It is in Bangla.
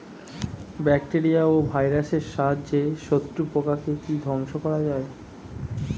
ব্যাকটেরিয়া ও ভাইরাসের সাহায্যে শত্রু পোকাকে কি ধ্বংস করা যায়?